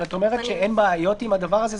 אם את אומרת שאין בעיות עם הדבר הזה,